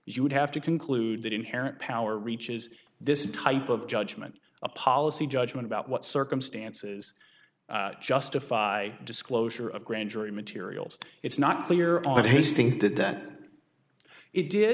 would have to conclude that inherent power reaches this type of judgment a policy judgment about what circumstances justify disclosure of grand jury materials it's not clear all of his things didn't it did